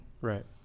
Right